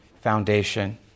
foundation